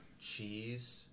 cheese